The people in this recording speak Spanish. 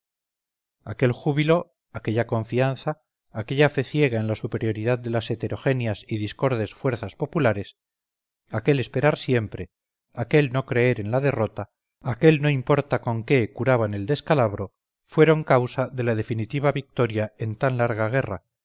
aquel júbilo aquella confianza aquella fe ciega en la superioridad de las heterogéneas y discordes fuerzas populares aquel esperar siempre aquel no creer en la derrota aquel no importa con que curaban el descalabro fueron causa de la definitiva victoria en tan larga guerra